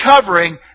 covering